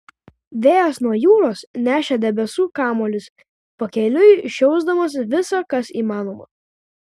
vėjas nuo jūros nešė debesų kamuolius pakeliui šiaušdamas visa kas įmanoma